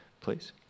please